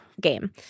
game